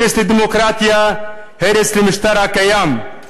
הרס לדמוקרטיה, הרס למשטר הקיים.